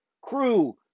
Crew